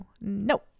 no